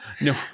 no